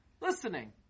listening